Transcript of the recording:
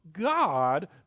God